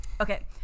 Okay